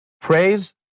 praise